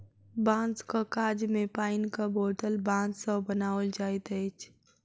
बाँसक काज मे पाइनक बोतल बाँस सॅ बनाओल जाइत अछि